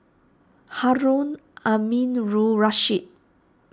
Harun Aminurrashid